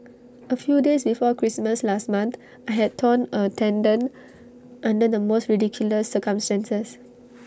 A few days before Christmas last month I had torn A tendon under the most ridiculous circumstances